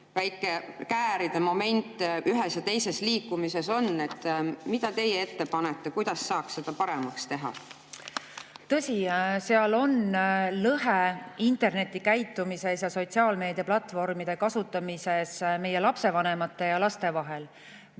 väike kääride moment ühes ja teises liikumises on. Mida teie ette panete, kuidas saaks seda paremaks teha? Tõsi, seal on lõhe internetikäitumises ja sotsiaalmeediaplatvormide kasutamises meie lapsevanemate ja laste vahel.